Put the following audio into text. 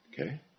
Okay